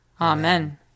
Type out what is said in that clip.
Amen